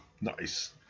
Nice